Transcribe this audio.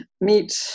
meet